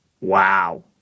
wow